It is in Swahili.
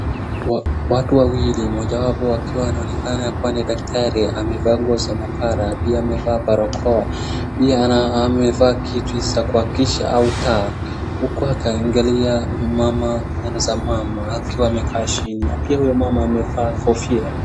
Watu wawili mojawapo akiwa anaonekana kuwa ni daktari amevaa nguo za mahabara, pia amevaa barakoa, pia amevaa kitu za kuwakisha au taa, huku akiangalia mama, meno za mama akiwa amekaa chini, pia huyo mama amevaa kofia.